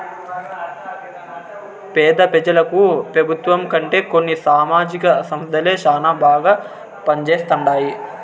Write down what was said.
పేద పెజలకు పెబుత్వం కంటే కొన్ని సామాజిక సంస్థలే శానా బాగా పంజేస్తండాయి